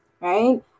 right